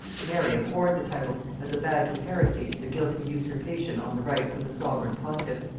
mary abhorred the title, as a badge of heresy and a guilty usurpation on the rights of the sovereign pontiff,